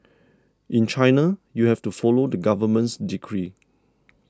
in China you have to follow the government's decree